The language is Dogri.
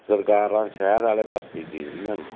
सरकारां शैह्र आह्ले पास्सै गी दिखदियां न